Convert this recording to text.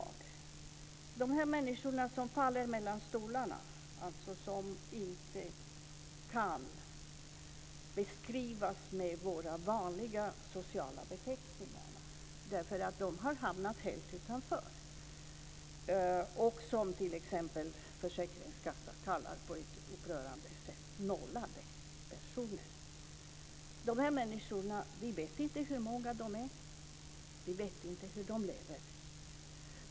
Det gäller de människor som faller mellan stolarna och som inte kan beskrivas med våra vanliga sociala beteckningar. Det är de människor som har hamnat helt utanför och som försäkringskassan på ett upprörande sätt kallar för nollade personer. Vi vet inte hur många dessa människor är och inte hur de lever.